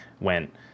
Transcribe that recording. went